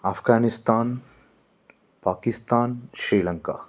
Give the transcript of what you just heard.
Afghanistan Pakistan Sri Lanka